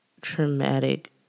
traumatic